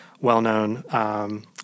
well-known